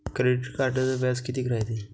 Credit कार्डचं व्याज कितीक रायते?